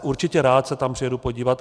Určitě rád se tam přijedu podívat.